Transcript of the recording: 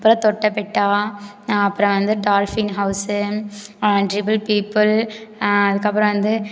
அப்புறம் தொட்டபெட்டா அப்புறம் வந்து டால்ஃபின் ஹவுஸு ட்ரிபுள் பீப்புள் அதுக்கப்புறம் வந்து